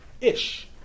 Ish